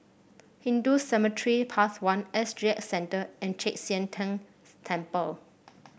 Hindu Cemetery Path one S G X Centre and Chek Sian Tng Temple